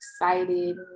excited